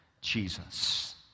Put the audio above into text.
Jesus